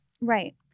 Right